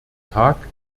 tag